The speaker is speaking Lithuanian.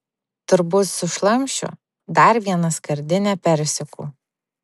turbūt sušlamšiu dar vieną skardinę persikų